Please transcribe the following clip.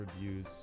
reviews